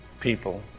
people